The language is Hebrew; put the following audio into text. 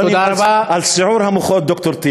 תודה רבה, על כל פנים, על סיעור המוחות, ד"ר טיבי.